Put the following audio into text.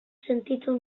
sentitu